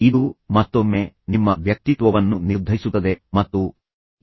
ಇದು ಮತ್ತೊಮ್ಮೆ ನಿಮ್ಮ ವ್ಯಕ್ತಿತ್ವವನ್ನು ನಿರ್ಧರಿಸುತ್ತದೆ ಮತ್ತು ಮೃದು ಕೌಶಲ್ಯಗಳನ್ನು ಅಭಿವೃದ್ಧಿಪಡಿಸುತ್ತದೆ